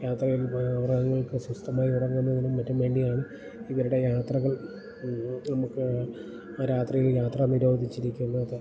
യാത്രയിൽ മൃഗങ്ങൾക്ക് സ്വസ്ഥമായി ഉറങ്ങുന്നതിനും മറ്റും വേണ്ടിയാണ് ഇവരുടെ യാത്രകൾ നമുക്ക് രാത്രിയിൽ യാത്ര നിരോധിച്ചിരിക്കുന്നത്